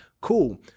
cool